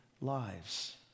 lives